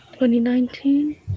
2019